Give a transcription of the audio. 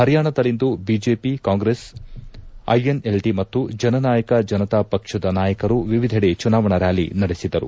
ಹರಿಯಾಣದಲ್ಲಿಂದು BJP Congress INLD ಮತ್ತು ಜನನಾಯಕ ಜನತಾ ಪಕ್ಷದ ನಾಯಕರು ವಿವಿಧೆಡೆ ಚುನಾವಣಾ ರ್್ಾಲಿ ನಡೆಸಿದರು